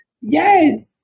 Yes